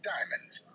Diamonds